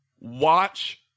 watch